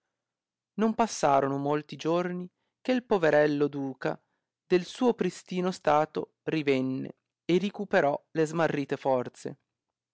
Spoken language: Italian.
non passorono molti giorni che'l poverello duca nel suo pristino stato rivenne e ricuperò le smarrite forze